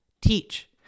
teach